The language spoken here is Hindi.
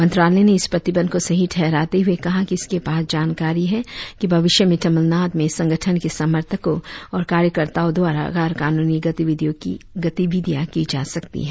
मंत्रालय ने इस प्रतिबंध को सही ठहराते हुए कहा कि इसके पास जानकारी है कि भविष्य में तमिलनाडु में इस संगठन के समर्थकों और कार्यकर्ताओं द्वारा गैरकानूनी गतिविधियां की जा सकती हैं